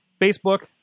Facebook